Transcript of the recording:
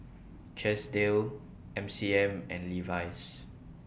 Chesdale M C M and Levi's